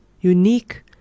unique